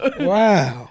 Wow